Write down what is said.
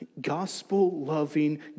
Gospel-loving